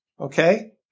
Okay